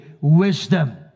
wisdom